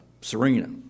Serena